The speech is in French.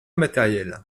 matériel